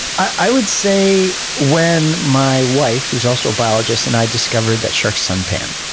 i would say when my wife, who is also a biologist, and i discovered that sharks sun tan.